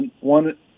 one